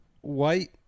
white